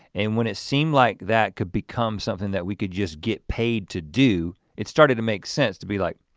and when it seemed like that could become something that we could just get paid to do. it started to make sense to be like,